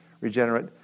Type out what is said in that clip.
regenerate